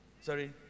sorry